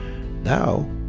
now